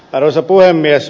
arvoisa puhemies